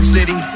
City